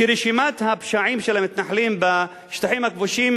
שרשימת הפשעים של המתנחלים בשטחים הכבושים